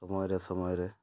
ସମୟରେ ସମୟରେ